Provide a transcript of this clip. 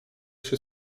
się